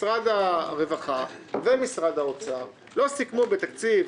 משרד הרווחה ומשרד האוצר לא סיכמו בתקציב